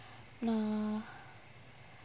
uh